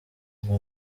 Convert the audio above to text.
murwa